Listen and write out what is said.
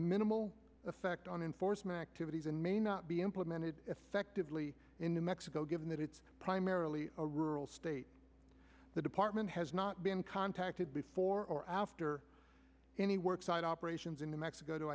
minimal effect on enforcement activities and may not be implemented effectively in new mexico given that it's primarily a rural state the department has not been contacted before or after any work site operations in the mexico to